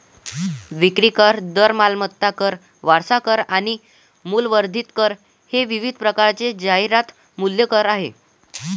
विक्री कर, दर, मालमत्ता कर, वारसा कर आणि मूल्यवर्धित कर हे विविध प्रकारचे जाहिरात मूल्य कर आहेत